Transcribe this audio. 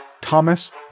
Thomas